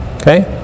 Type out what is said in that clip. okay